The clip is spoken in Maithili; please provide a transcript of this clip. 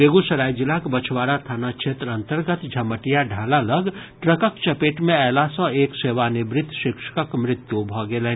बेगूसराय जिलाक बछवाड़ा थाना क्षेत्र अन्तर्गत झमटिया ढाला लऽग ट्रकक चपेट मे अयला सँ एक सेवानिवृत शिक्षकक मृत्यु भऽ गेलनि